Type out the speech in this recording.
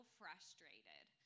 frustrated